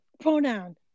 Pronoun